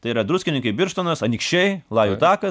tai yra druskininkai birštonas anykščiai lajų takas